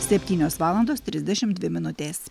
septynios valandos tridešimt dvi minutės